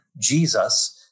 Jesus